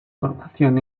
formación